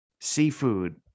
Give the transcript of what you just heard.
seafood